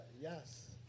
Yes